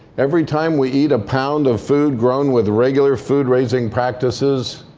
every time we eat a pound of food grown with regular food-raising practices,